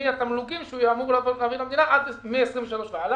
מן התמלוגים שהוא יהיה אמור להעביר למדינה מ-2023 והלאה.